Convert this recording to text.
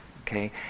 okay